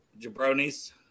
jabronis